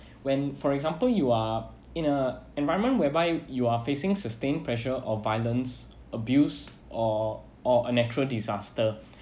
when for example you are in a environment whereby you are facing sustained pressure or violence abuse or or a natural disaster